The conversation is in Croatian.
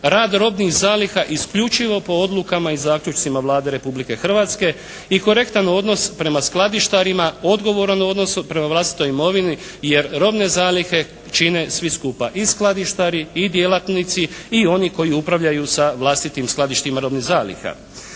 rad robnih zaliha isključivo po odlukama i zaključcima Vlade Republike Hrvatske i korektan odnos prema skladištarima, odgovoran odnose prema vlastitoj imovini. Jer robne zalihe čine svi skupa i skladištari i djelatnici i oni koji upravljaju sa vlastitim skladištima robnih zaliha.